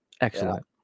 Excellent